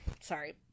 Sorry